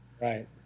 Right